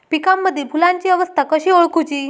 पिकांमदिल फुलांची अवस्था कशी ओळखुची?